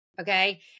Okay